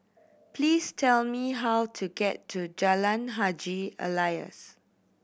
please tell me how to get to Jalan Haji Alias